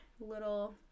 little